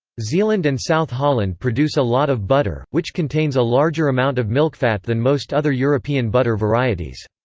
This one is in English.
zeeland and south holland produce a lot of butter, which contains a larger amount of milkfat than most other european butter varieties.